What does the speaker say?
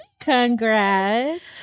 congrats